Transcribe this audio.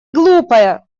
глупая